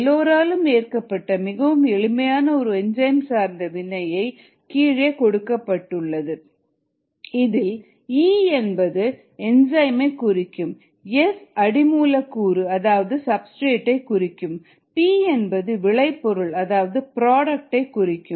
எல்லோராலும் ஏற்கப்பட்ட மிகவும் எளிமையான ஒரு என்சைம் சார்ந்த வினை கீழே கொடுக்கப்பட்டுள்ளது இதில் ஈ என்பது என்சைமை குறிக்கும் எஸ் அடி மூலக்கூறு அதாவது சப்ஸ்டிரேட் ஐ குறிக்கும் பி விளைபொருள் அதாவது ப்ராடக்ட் ஐ குறிக்கும்